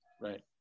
Right